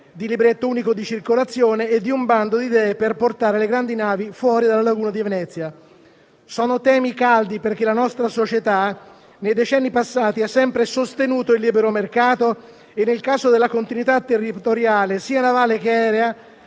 il libretto unico di circolazione e un bando di idee per portare le grandi navi fuori dalla laguna di Venezia. Sono temi caldi, perché nei decenni passati la nostra società ha sempre sostenuto il libero mercato e, nel caso della continuità territoriale, sia navale, sia aerea,